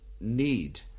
need